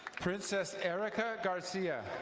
princess erica garcia.